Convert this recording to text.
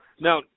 Now